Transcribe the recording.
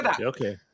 Okay